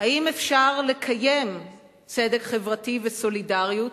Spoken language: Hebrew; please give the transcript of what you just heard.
אם אפשר לקיים צדק חברתי וסולידריות,